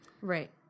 Right